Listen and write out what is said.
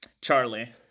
Charlie